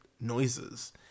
noises